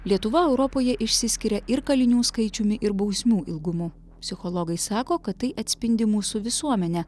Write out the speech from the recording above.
lietuva europoje išsiskiria ir kalinių skaičiumi ir bausmių ilgumu psichologai sako kad tai atspindi mūsų visuomenę